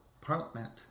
parliament